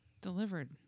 delivered